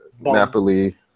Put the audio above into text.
Napoli